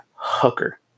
hooker